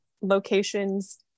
locations